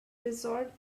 resort